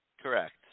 Correct